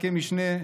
ספקי משנה,